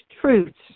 truths